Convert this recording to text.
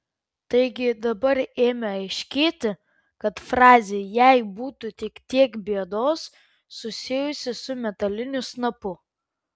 taigi dabar ėmė aiškėti kad frazė jei būtų tik tiek bėdos susijusi su metaliniu snapu